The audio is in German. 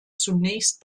zunächst